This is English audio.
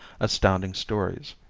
astounding stories.